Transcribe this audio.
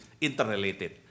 interrelated